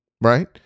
right